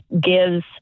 gives